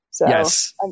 Yes